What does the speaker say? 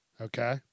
Okay